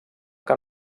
que